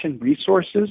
resources